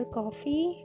coffee